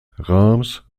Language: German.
reims